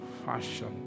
fashion